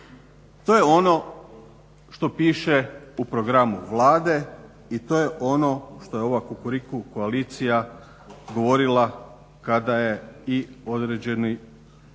To je ono što piše u Programu Vlade i to je ono što je ova Kukuriku koalicija govorila kada i određeni